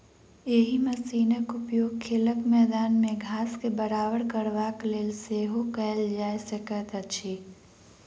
एहि मशीनक उपयोग खेलक मैदान मे घास के बराबर करबाक लेल सेहो कयल जा सकैत अछि